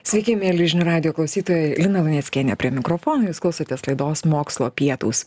sveiki mieli žinių radijo klausytojai lina luneckienė prie mikrofono jūs klausotės laidos mokslo pietūs